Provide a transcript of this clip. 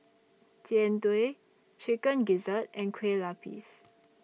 Jian Dui Chicken Gizzard and Kueh Lapis